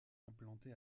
implanté